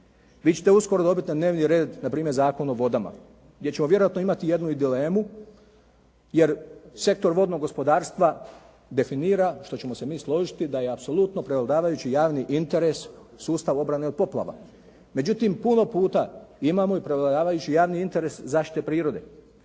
Vi ćete uskoro dobiti na dnevni red na primjer Zakon o vodama gdje ćemo vjerojatno imati jednu i dilemu, jer sektor vodnog gospodarstva definira što ćemo se mi složiti da je apsolutno prevladavajući javni interes sustav obrane od poplava. Međutim, puno puta imamo i prevladavajući javni interes zaštite prirode.